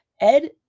ed